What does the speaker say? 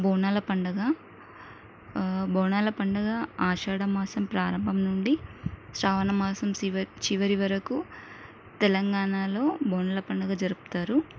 బోనాల పండగ బోనాల పండగ ఆషాడ మాసం ప్రారంభం నుండి శ్రావణ మాసం శివరి చివరి వరకు తెలంగాణలో బోనాల పండగ జరుపుతారు